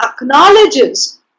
acknowledges